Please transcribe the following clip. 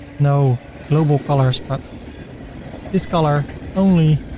no global colors but this color only